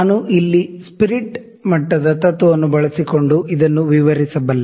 ನಾನು ಇಲ್ಲಿ ಸ್ಪಿರಿಟ್ ಮಟ್ಟದ ತತ್ವವನ್ನು ಬಳಸಿಕೊಂಡು ಇದನ್ನು ವಿವರಿಸಬಲ್ಲೆ